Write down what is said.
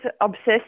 obsessed